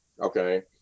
okay